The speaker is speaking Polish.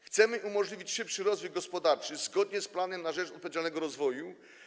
Chcemy umożliwić szybszy rozwój gospodarczy zgodnie z „Planem na rzecz odpowiedzialnego rozwoju”